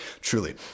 truly